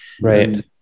right